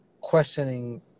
Questioning